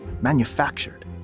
manufactured